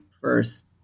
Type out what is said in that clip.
first